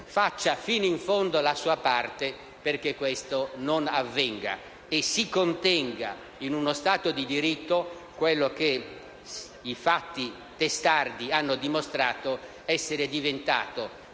faccia sino in fondo la sua parte perché questo non avvenga e si contenga in uno Stato di diritto quello che i fatti testardi hanno dimostrato essere diventato